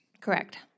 Correct